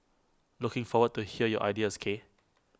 looking forward to hear your ideas K